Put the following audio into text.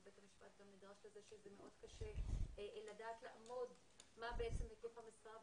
ובית המשפט גם נדרש לזה שזה מאוד קשה לדעת לאמוד מה בעצם היקף המשרה,